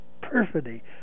perfidy